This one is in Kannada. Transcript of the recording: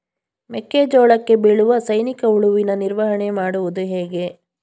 ಮೆಕ್ಕೆ ಜೋಳಕ್ಕೆ ಬೀಳುವ ಸೈನಿಕ ಹುಳುವಿನ ನಿರ್ವಹಣೆ ಮಾಡುವುದು ಹೇಗೆ?